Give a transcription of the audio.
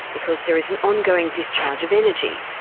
because there is an ongoing discharge of energy.